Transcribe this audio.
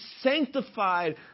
sanctified